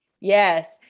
Yes